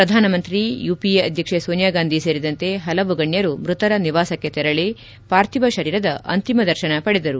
ಪ್ರಧಾನಮಂತ್ರಿ ಯುಪಿಎ ಅಧ್ಯಕ್ಷೆ ಸೋನಿಯಾಗಾಂಧಿ ಸೇರಿದಂತೆ ಹಲವು ಗಣ್ಯರು ಮೃತರ ನಿವಾಸಕ್ಕೆ ತೆರಳಿ ಪ್ರಾರ್ಥೀವ ಶರೀರದ ಅಂತಿಮ ದರ್ಶನ ಪಡೆದರು